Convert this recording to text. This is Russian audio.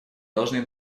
должны